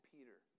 Peter